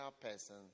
person